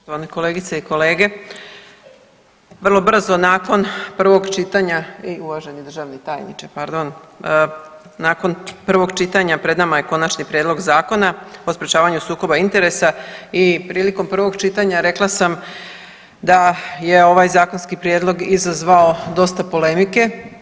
Poštovane kolegice i kolege, vrlo brzo nakon prvog čitanja i uvaženi državni tajniče pardon, nakon prvog čitanja pred nama je Konačni prijedlog zakona o sprječavanju sukoba interesa i prilikom prvog čitanja rekla sam da je ovaj zakonski prijedlog izazvao dosta polemike.